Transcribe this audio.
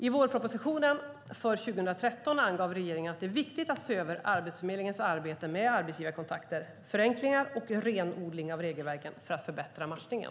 I vårpropositionen för 2013 angav regeringen att det är viktigt att se över Arbetsförmedlingens arbete med arbetsgivarkontakter, förenklingar och renodling av regelverken för att förbättra matchningen.